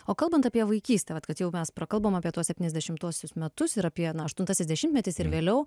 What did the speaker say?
o kalbant apie vaikystę vat kad jau mes prakalbom apie tuos septyniasdešimtuosius metus ir apie aną aštuntasis dešimtmetis ir vėliau